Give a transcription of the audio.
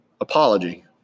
apology